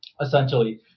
essentially